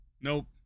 Nope